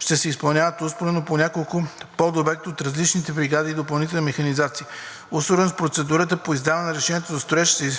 ще се изпълняват успоредно по няколко подобекта от различни бригади и допълнителна механизация; – успоредно с процедурите по издаване на разрешения за строеж се